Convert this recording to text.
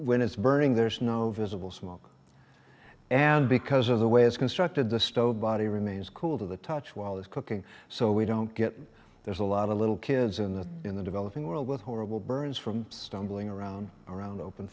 when it's burning there's no visible smoke and because of the way it's constructed the stow body remains cool to the touch while there's cooking so we don't get there's a lot of little kids in this in the developing world with horrible burns from stumbling around around open